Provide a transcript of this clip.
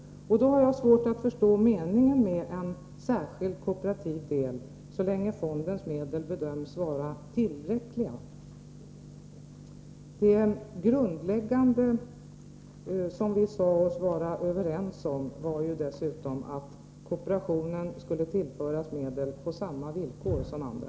Då har jag svårt att förstå meningen med en särskilt kooperativ del, så länge fondens medel bedöms vara tillräckliga. Det grundläggande, som vi sade oss vara överens om, var dessutom att kooperationen skulle tillföras medel på samma villkor som andra.